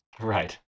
Right